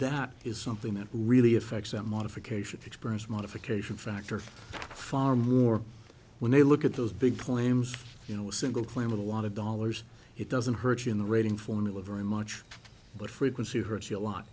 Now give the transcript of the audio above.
that is something that really affects that modification experience modification factor far more when they look at those big claims you know a single claim of a lot of dollars it doesn't hurt in the rating formula very much but frequency hurts you a lot